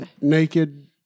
naked